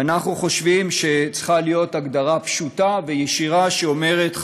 ואנחנו חושבים שצריכה להיות הגדרה פשוטה וישירה שאומרת: